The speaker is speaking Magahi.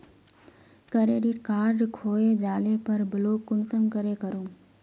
क्रेडिट कार्ड खोये जाले पर ब्लॉक कुंसम करे करूम?